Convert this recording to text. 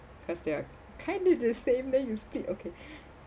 cause they're kind of the same then you speak okay